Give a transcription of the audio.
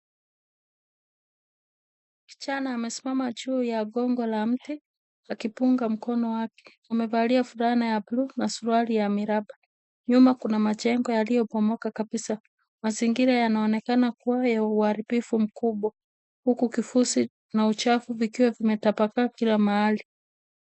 Kijana amesimama juu ya gongo la mti akipunga mkono wake, amevalia fulana ya blue na suruali ya mriba, nyuma kuna majengo yaliyobomoka kabisa, mazingira yanaonekana kuwa ya uharibufu mkubwa ,huku kifusi na uchafu vikiwa vimetapakaa kila mahali .